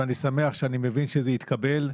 ואני שמח כי אני מבין שזה התקבל,